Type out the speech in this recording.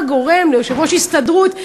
מה גורם ליושב-ראש ההסתדרות להתנגד.